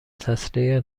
تسریع